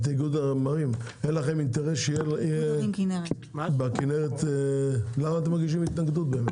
למה באמת אתם מגישים התנגדות?